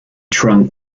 trunk